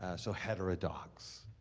ah so heterodox.